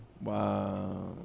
Wow